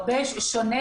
שונה.